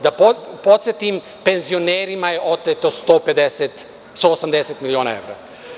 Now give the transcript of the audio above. Da podsetim penzionerima je oteto 180 miliona evra.